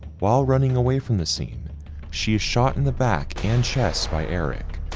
while running away from the scene she shot in the back and chest by eric,